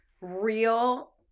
real